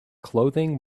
clothing